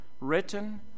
written